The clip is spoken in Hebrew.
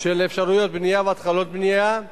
של אפשרויות בנייה והתחלות בנייה,